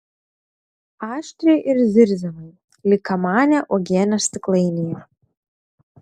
aštriai ir zirziamai lyg kamanė uogienės stiklainyje